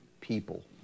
people